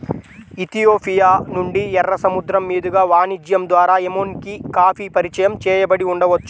Ethiopia నుండి, ఎర్ర సముద్రం మీదుగా వాణిజ్యం ద్వారా ఎమెన్కి కాఫీ పరిచయం చేయబడి ఉండవచ్చు